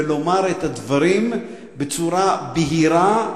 ולומר את הדברים בצורה בהירה,